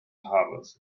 harbors